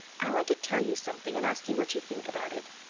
i want to tell you something and ask you what you think about it.